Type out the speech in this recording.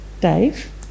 Dave